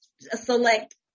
select